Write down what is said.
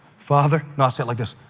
father, no, i'll say it like this.